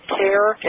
care